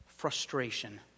Frustration